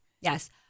Yes